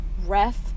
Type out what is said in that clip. ref